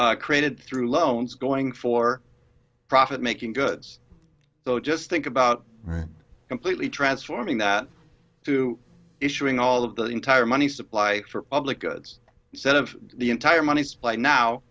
created through loans going for profit making goods so just think about right completely transforming that to issuing all of the entire money supply for public goods set of the entire money supply now